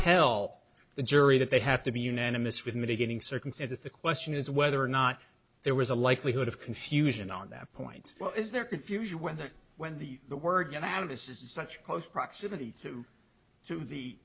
tell the jury that they have to be unanimous with mitigating circumstances the question is whether or not there was a likelihood of confusion on that point is there confusion whether when the the word get out of this in such close proximity to to the